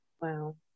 Wow